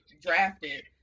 Drafted